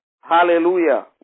Hallelujah